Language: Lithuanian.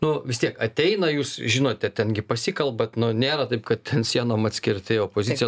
nu vis tiek ateina jūs žinote ten gi pasikalbat nu nėra taip kad ten sienom atskirti opozicija